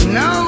no